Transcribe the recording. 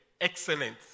excellent